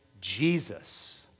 Jesus